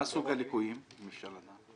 מה סוג הליקויים, אם אפשר לדעת.